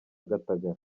gatagara